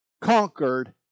conquered